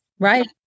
Right